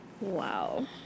Wow